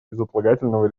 безотлагательного